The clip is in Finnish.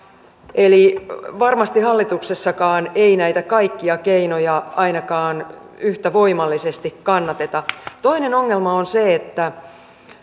eli varmasti hallituksessakaan ei näitä kaikkia keinoja ainakaan yhtä voimallisesti kannateta toinen ongelma on se että